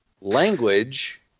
language